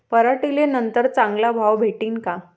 पराटीले नंतर चांगला भाव भेटीन का?